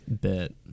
bit